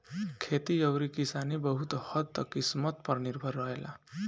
खेती अउरी किसानी बहुत हद्द तक किस्मत पर निर्भर रहेला